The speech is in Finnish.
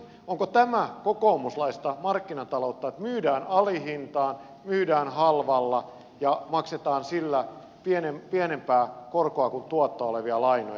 onko tämä kokoomuslaista markkinataloutta että myydään alihintaan myydään halvalla ja maksetaan sillä pienempää korkoa kuin tuottoa olevia lainoja